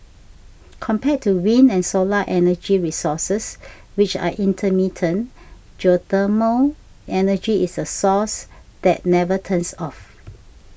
compared to wind and solar energy resources which are intermittent geothermal energy is a resource that never turns off